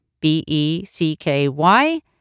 B-E-C-K-Y